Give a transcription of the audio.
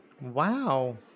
wow